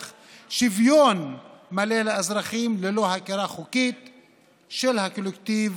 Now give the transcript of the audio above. שוויון מלא לאזרחים ללא הכרה חוקית בקולקטיב.